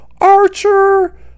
Archer